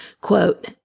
Quote